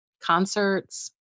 concerts